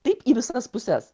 taip į visas puses